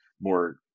more